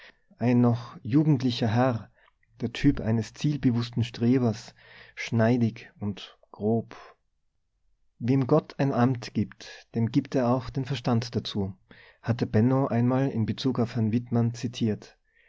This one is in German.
ein noch jugendlicher herr der typ eines zielbewußten strebers schneidig und grob wem gott ein amt gibt dem gibt er auch den verstand dazu hatte benno einmal mit bezug auf herrn wittmann zitiert